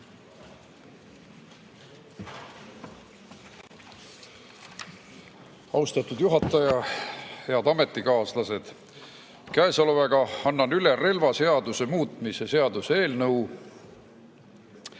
Austatud juhataja! Head ametikaaslased! Käesolevaga annan üle relvaseaduse muutmise seaduse eelnõu.